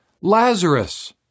Lazarus